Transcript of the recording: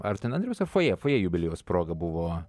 ar ten andriaus ar fojė fojė jubiliejaus proga buvo